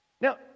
Now